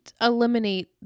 eliminate